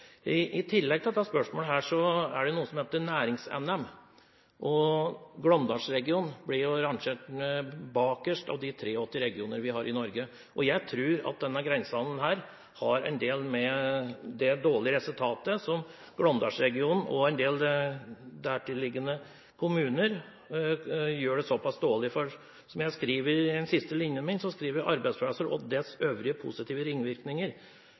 I tillegg til dette spørsmålet er det noe som heter NæringsNM. Glåmdalsregionen blir jo rangert bakerst av de 83 regionene vi har i Norge. Jeg tror at denne grensehandelen har en del å gjøre med det dårlige resultatet for Glåmdalsregionen og en del tilliggende kommuner, at de gjør det såpass dårlig. Som jeg skriver i den siste linjen i spørsmålet mitt, går det på å sikre «arbeidsplasser og dets øvrige positive ringvirkninger».